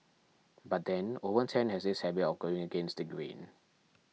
but then Owen Tan has this habit of going against the grain